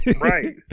right